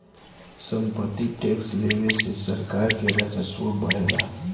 सम्पत्ति टैक्स लेवे से सरकार के राजस्व बढ़ेला